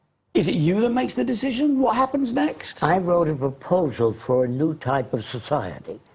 is it you that makes the decision, what happens next? i wrote a proposal for a new type of society,